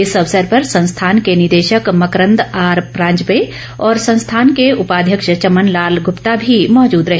इस अवसर पर संस्थान के निदेशक मकरंद आर परांजपे और संस्थान के उपाध्यक्ष चमन लाल गुप्ता भी मौजूद रहे